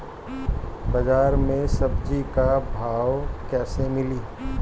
बाजार मे सब्जी क भाव कैसे मिली?